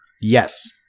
Yes